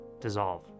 dissolve